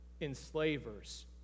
enslavers